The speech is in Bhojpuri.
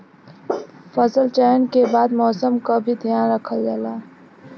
फसल चयन के बाद मौसम क भी ध्यान रखल जाला